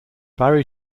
barry